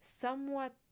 somewhat